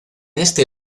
este